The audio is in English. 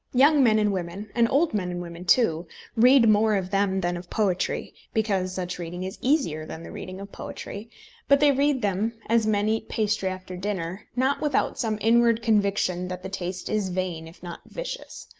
young men and women and old men and women too read more of them than of poetry, because such reading is easier than the reading of poetry but they read them as men eat pastry after dinner not without some inward conviction that the taste is vain if not vicious.